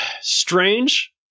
strange